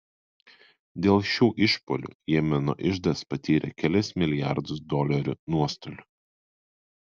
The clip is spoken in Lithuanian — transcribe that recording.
dėl šių išpuolių jemeno iždas patyrė kelis milijardus dolerių nuostolių